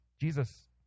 Jesus